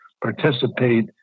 participate